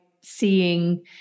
seeing